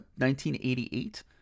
1988